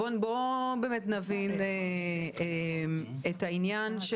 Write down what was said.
בואו נבין את העניין.